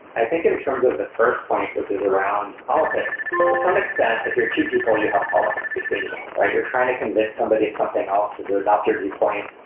i think in terms of the first point, which is around politics, to some extent if you're two people, you have politics between you, right? you're trying to convince somebody of something else, or to adopt your viewpoint,